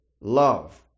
love